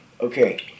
Okay